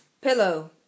pillow